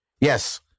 Yes